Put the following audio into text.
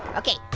okay,